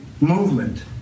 movement